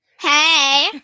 Hey